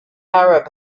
arab